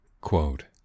Quote